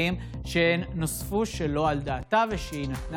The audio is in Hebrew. ואנחנו נוכל לשמור על איכות הסביבה.